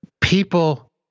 people